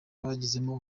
bagizemo